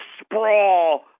sprawl